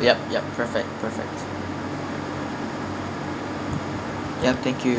yup yup perfect perfect yup thank you